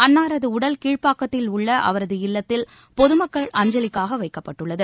அன்னாரது உடல் கீழ்ப்பாக்கத்தில் உள்ள அவரது இல்லத்தில் பொதுமக்கள் அஞ்சலிக்காக வைக்கப்பட்டுள்ளது